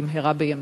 במהרה בימינו?